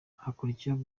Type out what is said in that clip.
hakurikiyeho